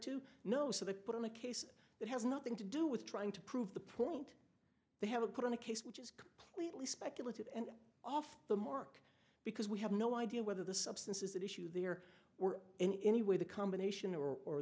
to no so the only case that has nothing to do with trying to prove the point they haven't put on a case which is completely speculative and off the mark because we have no idea whether the substances that issue there were in any way the combination or or